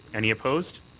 any opposed?